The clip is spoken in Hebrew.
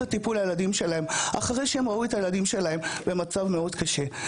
הטיפול לילדים שלהם אחרי שהם ראו את הילדים שלהם במצב מאוד קשה.